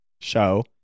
show